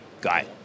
guy